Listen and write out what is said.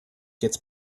gets